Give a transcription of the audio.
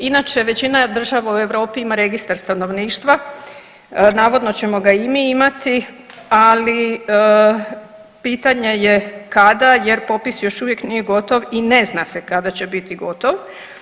Inače većina država u Europi ima registar stanovništva, navodno ćemo ga i mi imati, ali pitanje je kada jer popis još uvijek nije gotovo i ne zna se kada će biti gotov.